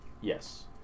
Yes